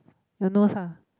your nose ah